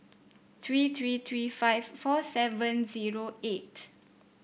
three three three five four seven zero eight